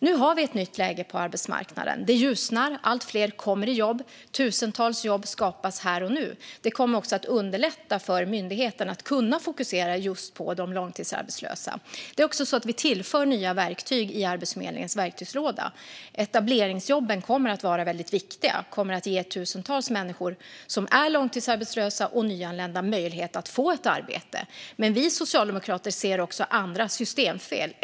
Nu har vi ett nytt läge på arbetsmarknaden. Det ljusnar. Allt fler kommer i jobb. Tusentals jobb skapas här och nu. Det kommer att underlätta för myndigheten när det gäller att fokusera på de långtidsarbetslösa. Vi tillför också nya verktyg i Arbetsförmedlingens verktygslåda. Etableringsjobben kommer att vara väldigt viktiga. De kommer att ge tusentals människor som är långtidsarbetslösa och nyanlända möjlighet att få ett arbete. Men vi socialdemokrater ser också andra systemfel.